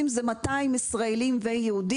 הם מטפלים רק בישראלים.